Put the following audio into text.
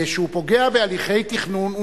כשהוא פוגע בהליכי תכנון,